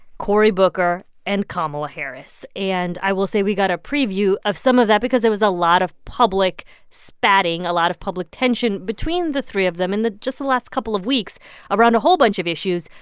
cory booker and kamala harris. and i will say, we got a preview of some of that because there was a lot of public spatting, a lot of public tension between the three of them and in just the last couple of weeks around a whole bunch of issues,